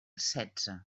setze